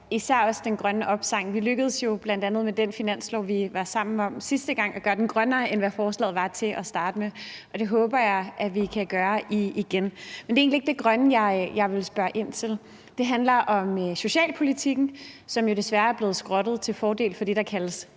især den grønne opsang. Vi lykkedes jo bl.a. med at gøre den finanslov, vi var sammen om sidste gang, grønnere, end forslaget var til at starte med. Det håber jeg vi kan gøre igen. Men det er egentlig ikke det grønne, jeg vil spørge ind til. Det handler om socialpolitikken, som jo desværre er blevet skrottet til fordel for det, der kaldes